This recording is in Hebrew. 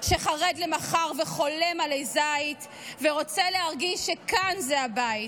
/ שחרד למחר וחולם עלי זית / ורוצה להרגיש שכאן זה הבית?